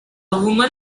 woman